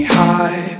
high